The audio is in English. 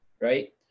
right